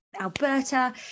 Alberta